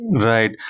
Right